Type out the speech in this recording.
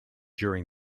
during